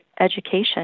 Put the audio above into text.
education